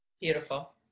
Beautiful